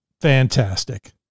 fantastic